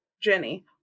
Jenny